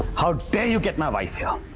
how dare you get my wife here?